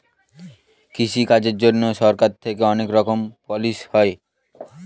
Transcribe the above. কৃষি কাজের জন্যে সরকার থেকে অনেক রকমের পলিসি হয়